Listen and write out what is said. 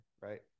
right